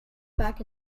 back